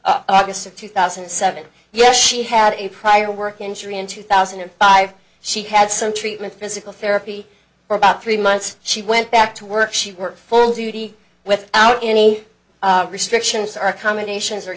in august of two thousand and seven yes she had a prior work injury in two thousand and five she had some treatment physical therapy for about three months she went back to work she worked full duty without any restrictions are accommodations